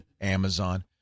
Amazon